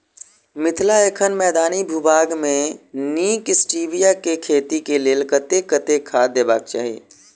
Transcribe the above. मिथिला एखन मैदानी भूभाग मे नीक स्टीबिया केँ खेती केँ लेल कतेक कतेक खाद देबाक चाहि?